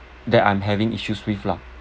that I'm having issues with lah